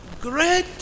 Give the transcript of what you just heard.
great